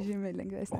žymiai lengvesnės